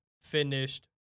finished